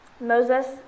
Moses